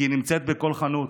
כי היא נמצאת בכל חנות.